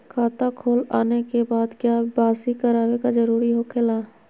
खाता खोल आने के बाद क्या बासी करावे का जरूरी हो खेला?